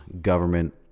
government